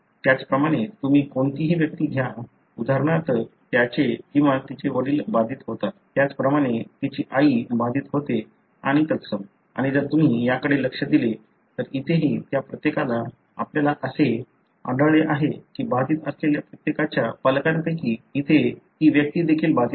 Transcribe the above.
त्याचप्रमाणे तुम्ही कोणतीही व्यक्ती घ्या उदाहरणार्थ त्याचे किंवा तिचे वडील बाधित होतात त्याचप्रमाणे तिची आई बाधित होते आणि तत्सम आणि जर तुम्ही याकडे लक्ष दिले तर इथेही त्या प्रत्येकाला आपल्याला असे आढळले आहे की बाधित असलेल्या प्रत्येकाच्या पालकांपैकी एक इथे ती व्यक्ती देखील बाधित आहे